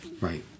Right